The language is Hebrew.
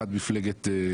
השנייה היא מפלגת מרצ,